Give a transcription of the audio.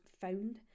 found